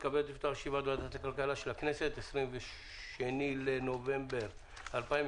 אני מתכבד לפתוח את ישיבת ועדת הכלכלה של הכנסת 22 בנובמבר 2020,